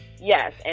yes